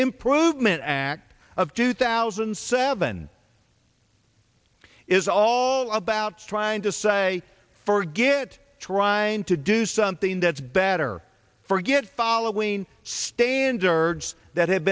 improvement act of two thousand and seven is all about trying to say forget it trying to do something that's bad or forget following standards that ha